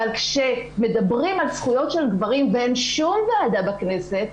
אבל כשמדברים על זכויות של גברים ואין שום ועדה בכנסת,